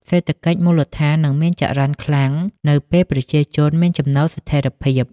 សេដ្ឋកិច្ចមូលដ្ឋាននឹងមានចរន្តខ្លាំងនៅពេលប្រជាជនមានចំណូលស្ថិរភាព។